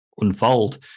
Unfold